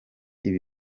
ibi